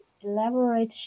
elaborate